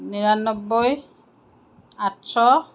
নিৰান্নব্বৈ আঠশ